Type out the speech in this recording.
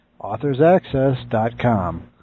AuthorsAccess.com